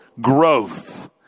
growth